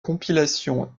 compilations